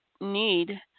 need